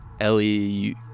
Ellie